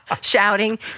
shouting